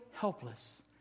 helpless